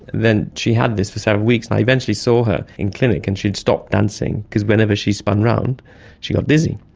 she had this for several weeks, and i eventually saw her in clinic and she had stopped dancing because whenever she spun around she got dizzy.